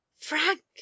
Frank